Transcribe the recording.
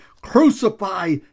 crucify